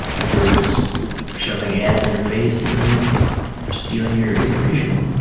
like they're just shoving ads in your face and stealing your information.